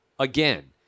Again